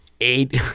Eight